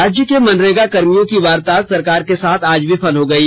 राज्य के मनरेगा कर्मियों की वार्ता सरकार के साथ आज विफल हो गयी